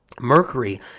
Mercury